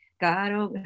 God